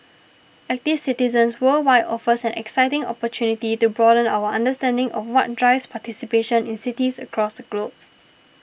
active citizens worldwide offers an exciting opportunity to broaden our understanding of what drives participation in cities across the globe